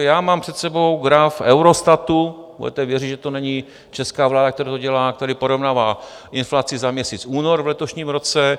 Já mám před sebou graf Eurostatu budete věřit, že to není česká vláda, která to dělá který porovnává inflaci za měsíc únor v letošním roce.